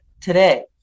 today